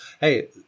hey